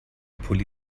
pulli